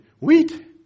wheat